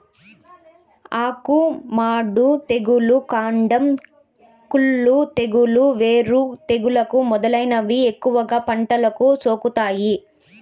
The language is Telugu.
ఆకు మాడు తెగులు, కాండం కుళ్ళు తెగులు, వేరు తెగులు మొదలైనవి ఎక్కువగా పంటలకు సోకుతాయి